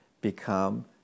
become